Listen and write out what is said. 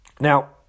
Now